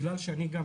בגלל שאני גם,